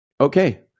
okay